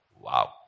Wow